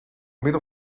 middel